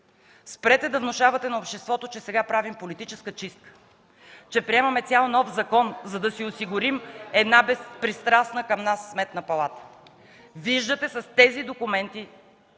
спрете да внушавате на обществото, че правим политическа чистка, че приемаме цял нов закон, за да си осигурим безпристрастна към нас Сметна палата. (Реплики,